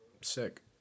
sick